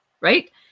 Right